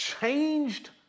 changed